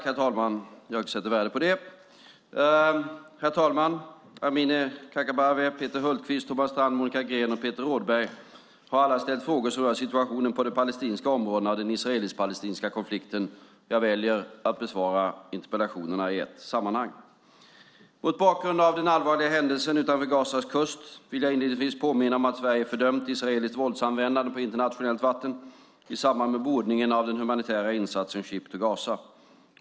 Herr talman! Amineh Kakabaveh, Peter Hultqvist, Thomas Strand, Monica Green och Peter Rådberg har alla ställt frågor som rör situationen i de palestinska områdena och den israelisk-palestinska konflikten. Jag väljer att besvara interpellationerna i ett sammanhang. Mot bakgrund av den allvarliga händelsen utanför Gazas kust vill jag inledningsvis påminna om att Sverige fördömt israeliskt våldsanvändande på internationellt vatten i samband med bordningen av den humanitära insatsen Ship to Gaza.